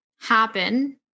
happen